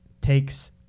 takes